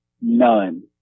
none